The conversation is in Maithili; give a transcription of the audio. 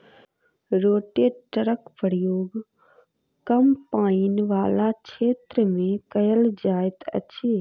रोटेटरक प्रयोग कम पाइन बला क्षेत्र मे कयल जाइत अछि